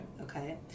Okay